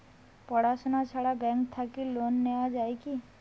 পড়াশুনা ছাড়া ব্যাংক থাকি লোন নেওয়া যায় কি?